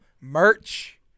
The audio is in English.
merch